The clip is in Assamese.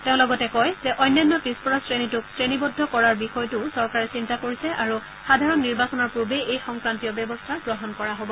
তেওঁ লগতে কয় যে অন্যান্য পিছপৰা শ্ৰেণীটোক শ্ৰেণীবদ্ধ কৰাৰ বিষয়টোও চৰকাৰে চিন্তা কৰিছে আৰু সাধাৰণ নিৰ্বাচনৰ পূৰ্বে এই সংক্ৰান্তীয় ব্যৱস্থা গ্ৰহণ কৰা হ'ব